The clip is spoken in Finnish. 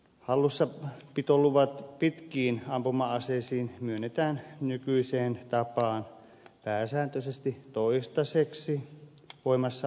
hallussapitoluvat pitkiin ampuma aseisiin myönnetään nykyiseen tapaan pääsääntöisesti toistaiseksi voimassa olevina